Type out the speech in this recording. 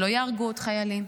שלא ייהרגו עוד חיילים,